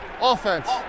offense